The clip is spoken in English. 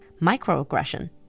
microaggression